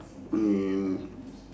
and